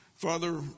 Father